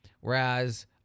whereas